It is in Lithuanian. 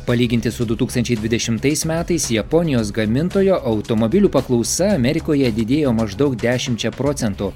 palyginti su du tūkstančiai dvidešimtais metais japonijos gamintojo automobilių paklausa amerikoje didėjo maždaug dešimčia procentų